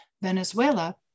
Venezuela